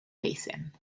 basin